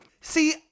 See